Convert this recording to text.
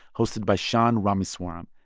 hosted by sean rameswaram,